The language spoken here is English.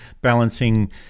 balancing